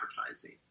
advertising